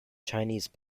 chinese